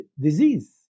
disease